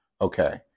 okay